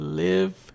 live